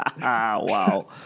Wow